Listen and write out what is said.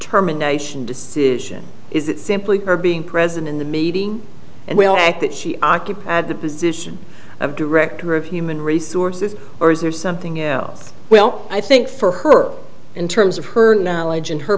terminations decision is it simply her being present in the meeting and will act that she occupied at the position of director of human resources or is there something else well i think for her in terms of her knowledge and her